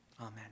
Amen